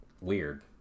weird